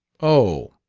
oh,